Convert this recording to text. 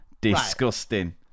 Disgusting